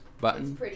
button